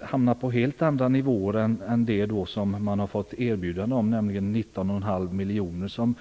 hamnar på helt andra nivåer än det som de har fått erbjudande om, nämligen 19,5 miljoner kronor.